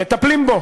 מטפלים בו